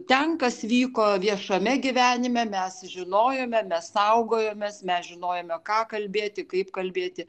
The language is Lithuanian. ten kas vyko viešame gyvenime mes žinojome mes saugojomės mes žinojome ką kalbėti kaip kalbėti